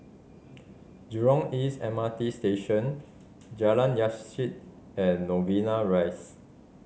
Jurong East M R T Station Jalan Yasin and Novena Rise